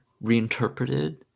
reinterpreted